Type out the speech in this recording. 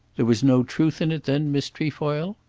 there was no truth in it then, miss trefoil?